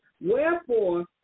Wherefore